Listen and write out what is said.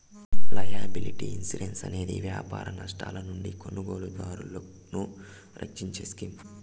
liability insurance అనేది వ్యాపార నష్టాల నుండి కొనుగోలుదారులను రక్షించే స్కీమ్